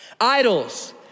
Idols